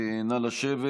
נא לשבת.